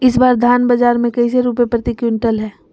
इस बार धान बाजार मे कैसे रुपए प्रति क्विंटल है?